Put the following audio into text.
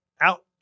out